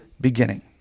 beginning